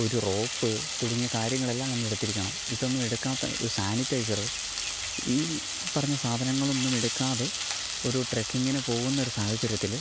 ഒരു റോപ്പ് തുടങ്ങിയ കാര്യങ്ങളെല്ലാം നമ്മളെടുത്തിരിക്കണം ഇതൊന്നും എടുക്കാത്ത സാനിറ്റൈസർ ഈ പറഞ്ഞ സാധനങ്ങളൊന്നുമെടുക്കാതെ ഒരു ട്രക്കിംഗിന് പോകുന്നൊരു സാഹചര്യത്തിൽ